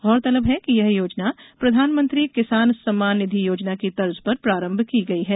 गौरतलब है कि यह योजना प्रधानमंत्री किसान सम्मान निधि योजना की तर्ज पर प्रारंभ की गई है